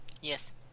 Yes